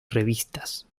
revistas